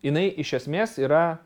jinai iš esmės yra